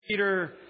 Peter